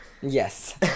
yes